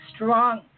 strong